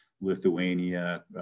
Lithuania